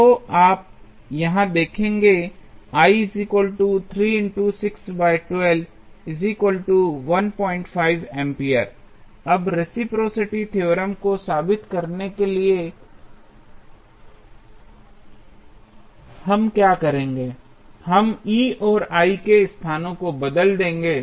तो आप यहाँ देखेंगे अब रेसिप्रोसिटी थ्योरम को साबित करने के लिए हम क्या करेंगे हम E और I के स्थानों को बदल देंगे